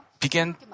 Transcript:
begin